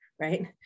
right